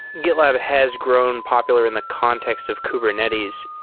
gitlab has grown popular in the context of kubernetes.